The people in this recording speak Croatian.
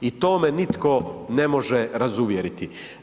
I to me nitko ne može razuvjeriti.